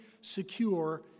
secure